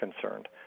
concerned